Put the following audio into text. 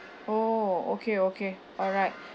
oh okay okay alright